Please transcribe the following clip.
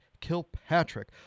Kilpatrick